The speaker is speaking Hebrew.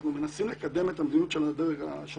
אנחנו מנסים לקדם את המדיניות של הממשלה,